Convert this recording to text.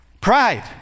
Pride